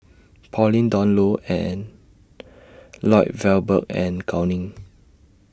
Pauline Dawn Loh and Lloyd Valberg and Gao Ning